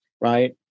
right